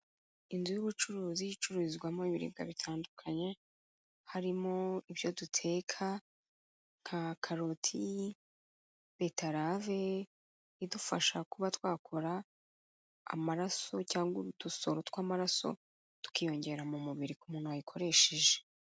Inzu y'ubucuruzi icururizwamo ibiribwa bitandukanye harimo ibyo duteka nka karoti, betarave idufasha kuba twakora amaraso cyangwa utusoro tw'amaraso tukiyongera mu mubiri ku muntu wayikoresheje.